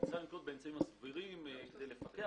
היא צריכה לנקוט באמצעים הסבירים כדי לפקח,